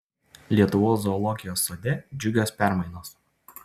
lietuvos zoologijos sode džiugios permainos